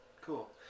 Cool